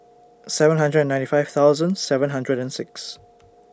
seven hundred and ninety five thousand seven hundred and six